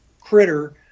critter